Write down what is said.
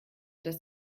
dass